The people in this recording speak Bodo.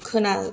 खोना